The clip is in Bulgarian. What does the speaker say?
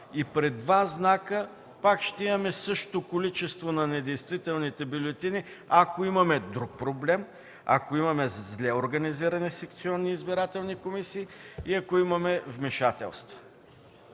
И при два знака пак ще имаме същото количество на недействителните бюлетини, ако имаме друг проблем, ако имаме зле организирани секционни избирателни комисии, ако имаме вмешателство.